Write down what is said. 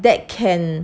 that can